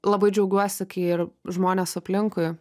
labai džiaugiuosi kai ir žmonės aplinkui